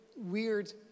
weird